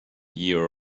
year